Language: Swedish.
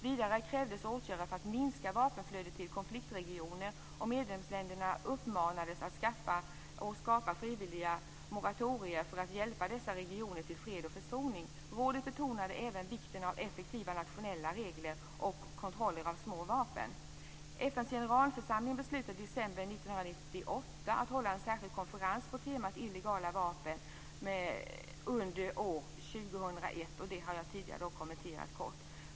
Vidare krävdes åtgärder för att minska vapenflödet till konfliktregioner, och medlemsländerna uppmanades att skapa frivilliga moratorier för att hjälpa dessa regioner till fred och försoning. Rådet betonade även vikten av effektiva nationella regler och kontroll av små vapen. 1998 att hålla en särskild konferens på temat illegal handel med små och lätta vapen under år 2001. Det har jag tidigare kort kommenterat.